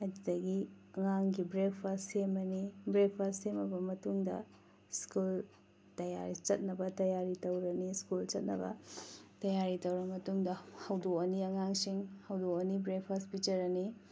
ꯑꯗꯨꯗꯒꯤ ꯑꯉꯥꯡꯒꯤ ꯕ꯭ꯔꯦꯛꯐꯥꯁ ꯁꯦꯝꯃꯅꯤ ꯕ꯭ꯔꯦꯛꯐꯥꯁ ꯁꯦꯝꯃꯕ ꯃꯇꯨꯡꯗ ꯁ꯭ꯀꯨꯜ ꯆꯠꯅꯕ ꯇꯩꯌꯥꯔꯤ ꯇꯧꯔꯅꯤ ꯁ꯭ꯀꯨꯜ ꯆꯠꯅꯕ ꯇꯩꯌꯥꯔꯤ ꯇꯧꯔꯕ ꯃꯇꯨꯡꯗ ꯍꯧꯗꯣꯛꯑꯅꯤ ꯑꯉꯥꯡꯁꯤꯡ ꯍꯧꯗꯣꯀꯑꯅꯤ ꯕ꯭ꯔꯦꯛꯐꯥꯁ ꯄꯤꯖꯔꯅꯤ